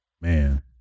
man